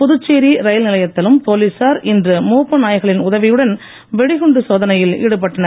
புதுச்சேரி ரயில் நிலையத்திலும் போலீசார் இன்று மோப்ப நாய்களின் உதவியுடன் வெடிகுண்டு சோதனையில் ஈடுபட்டனர்